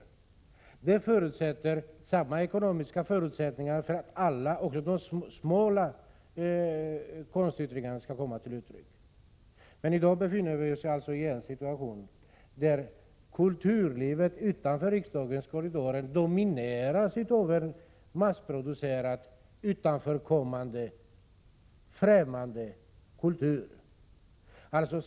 Vidare förutsätter det samma ekonomiska förutsättningar för alla. Även de ”smala” konstyttringarna skall ju kunna komma fram. Men i dag befinner vi oss i den situationen att kulturlivet utanför riksdagens korridorer domineras av en massproducerad, utanförliggande, främmande kultur.